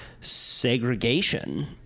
segregation